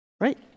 Right